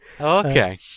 okay